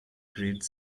grade